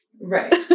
Right